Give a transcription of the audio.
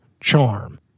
charm